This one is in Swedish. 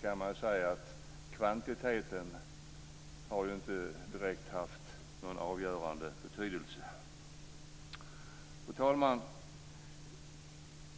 kan man säga att kvantiteten ju inte direkt har haft någon avgörande betydelse. Fru talman!